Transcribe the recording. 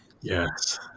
Yes